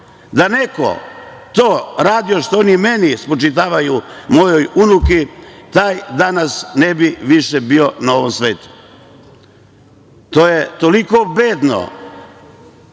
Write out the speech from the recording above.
je neko to radio, što oni meni spočitavaju, mojoj unuki, taj danas ne bi više bio na ovom svetu. To je toliko bedno,